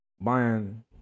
buying